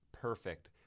perfect